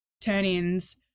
turn-ins